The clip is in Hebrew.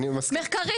נכון, אני מסכים.